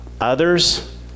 others